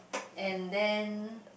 and then